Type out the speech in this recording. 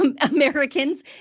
Americans